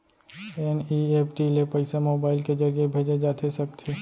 NEFT ले पइसा mobile के ज़रिए भेजे जाथे सकथे?